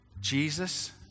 Jesus